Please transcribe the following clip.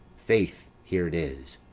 faith, here it is.